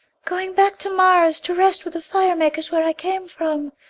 going back to mars to rest with the fire-makers where i came from.